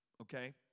Okay